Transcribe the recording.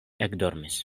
ekdormis